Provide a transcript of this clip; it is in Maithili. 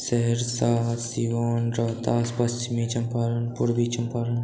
सहरसा सीवान रोहतास पश्चिमी चंपारन पूर्वी चंपारन